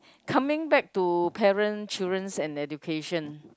coming back to parent children's and education